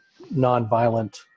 nonviolent